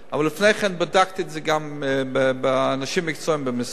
אבל לפני כן בדקתי את זה גם עם האנשים המקצועיים במשרד.